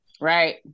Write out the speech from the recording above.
Right